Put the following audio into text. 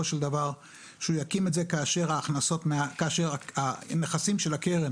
שהוא יקים את זה כאשר הנכסים של הקרן